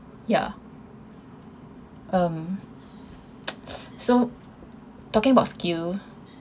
ya um so talking about skill